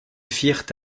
firent